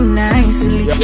nicely